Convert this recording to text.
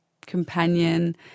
companion